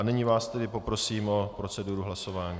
Nyní vás tedy poprosím o proceduru hlasování.